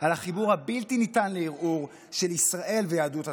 "על החיבור הבלתי-ניתן לערעור של ישראל ויהדות התפוצות,